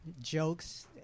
jokes